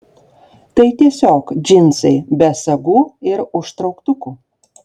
tai tiesiog džinsai be sagų ir užtrauktukų